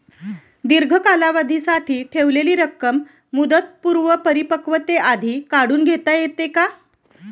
दीर्घ कालावधीसाठी ठेवलेली रक्कम मुदतपूर्व परिपक्वतेआधी काढून घेता येते का?